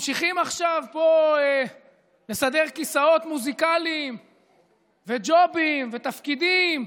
ממשכים עכשיו לסדר פה כיסאות מוזיקליים וג'ובים ותפקידים.